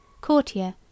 courtier